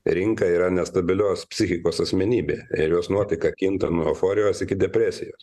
rinka yra nestabilios psichikos asmenybė ir jos nuotaika kinta nuo euforijos iki depresijos